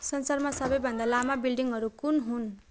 संसारमा सबैभन्दा लामा बिल्डिङहरू कुन हुन्